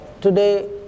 Today